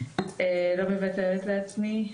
לא מוותרת לעצמי.